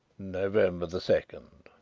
november the second.